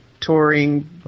touring